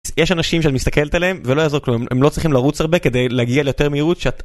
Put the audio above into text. יש אנשים שאת מסתכלת עליהם ולא יעזור כלום הם לא צריכים לרוץ הרבה כדי להגיע ליותר מהירות שאתה,